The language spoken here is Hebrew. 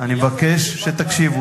אני מבקש שתקשיבו.